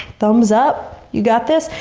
thumbs up, you got this.